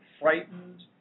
frightened